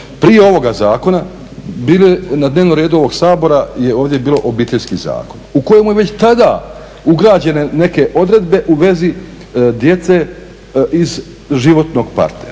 Prije ovoga zakona na dnevnom redu u Saboru je ovdje bio Obiteljski zakon u kojemu su tada već ugrađene neke odredbe u vezi djece iz životnog partnerstva,